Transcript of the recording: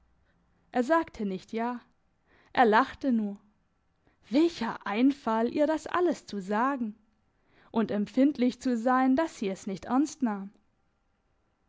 er sagte nicht ja er lachte nur welcher einfall ihr das alles zu sagen und empfindlich zu sein dass sie es nicht ernst nahm